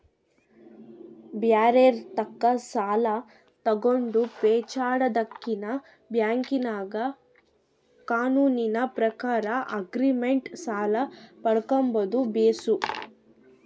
ಬ್ಯಾರೆರ್ ತಾಕ ಸಾಲ ತಗಂಡು ಪೇಚಾಡದಕಿನ್ನ ಬ್ಯಾಂಕಿನಾಗ ಕಾನೂನಿನ ಪ್ರಕಾರ ಆಗ್ರಿಮೆಂಟ್ ಸಾಲ ಪಡ್ಕಂಬದು ಬೇಸು